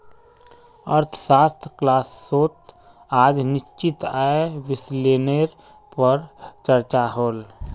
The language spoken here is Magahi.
अर्थशाश्त्र क्लास्सोत आज निश्चित आय विस्लेसनेर पोर चर्चा होल